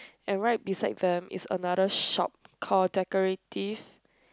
and right beside them is another shop call decorative